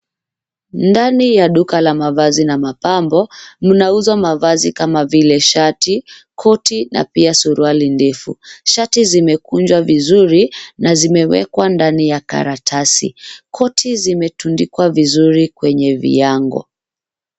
Ndani ya duka la mavazi na mapambo mnauzwa mavazi kama vile shati, koti na pia suruali ndefu shati zimekunjwa vizuri na zimewekwa ndani ya karatasi. Koti zimetundikwa vizuri kwenye viango.